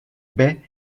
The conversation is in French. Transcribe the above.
baies